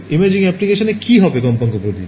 imaging অ্যাপ্লিকেশানে কি হবে কম্পাঙ্ক পরিধি